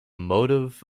motive